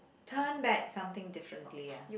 turn back something differently